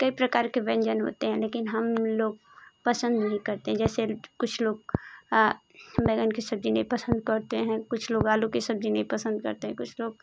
कई प्रकार के व्यंजन होते हैं लेकिन हम लोग पसंद नहीं करते जैसे कुछ लोग बैंगन की सब्ज़ी नहीं पसंद करते हैं कुछ लोग आलू की सब्ज़ी नहीं पसंद करते हैं कुछ लोग